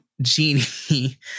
genie